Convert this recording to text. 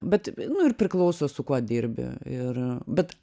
bet nu ir priklauso su kuo dirbi ir bet